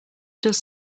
does